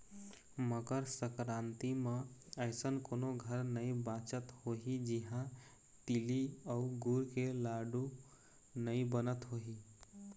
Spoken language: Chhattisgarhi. मकर संकरांति म अइसन कोनो घर नइ बाचत होही जिहां तिली अउ गुर के लाडू नइ बनत होही